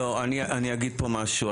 אני אגיד פה משהו.